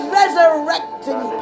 resurrecting